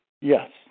Yes